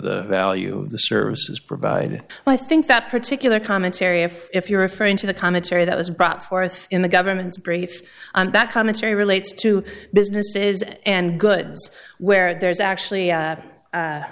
the value of the services provided i think that particular commentary if if you're referring to the commentary that was brought forth in the government's brief and that commentary relates to businesses and goods where there's actually